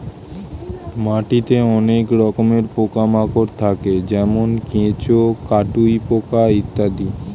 মাটিতে অনেক রকমের পোকা মাকড় থাকে যেমন কেঁচো, কাটুই পোকা ইত্যাদি